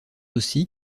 aussi